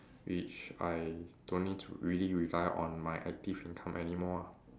which I don't need to really rely on my active income anymore ah